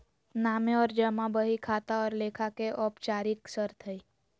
नामे और जमा बही खाता और लेखा के औपचारिक शर्त हइ